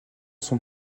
son